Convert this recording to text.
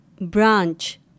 Branch